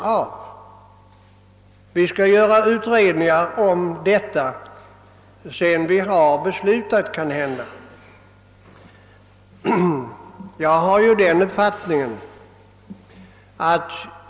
Vi skall kanhända göra utredningar om detta sedan vi har fattat beslut?